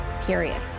period